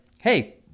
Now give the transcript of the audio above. Hey